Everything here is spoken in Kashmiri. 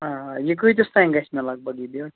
آ یہِ کۭتِس تانۍ گژھِ مےٚ لگ بگ یہِ بیڈ